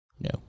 No